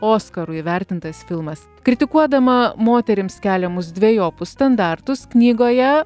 oskaru įvertintas filmas kritikuodama moterims keliamus dvejopus standartus knygoje